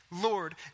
Lord